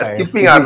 Skipping